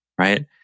right